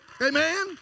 Amen